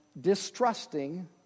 distrusting